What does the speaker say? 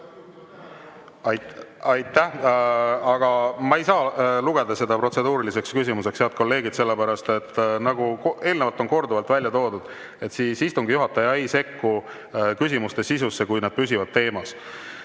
Aitäh! Aga ma ei saa lugeda seda protseduuriliseks küsimuseks, head kolleegid, sellepärast et nagu eelnevalt on korduvalt välja toodud, siis istungi juhataja ei sekku küsimuste sisusse, kui need püsivad teemas.